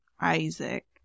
Isaac